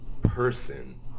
person